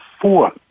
four